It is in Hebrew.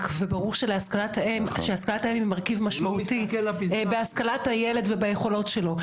וברור שהשכלת האם היא מרכיב משמעותי בהשכלת הילד וביכולות שלו,